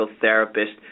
therapist